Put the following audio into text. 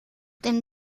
dem